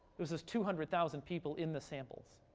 it was just two hundred thousand people in the samples.